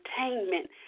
entertainment